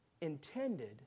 intended